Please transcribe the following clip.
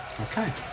Okay